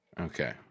Okay